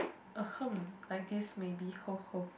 ahem like this maybe [ho] [ho]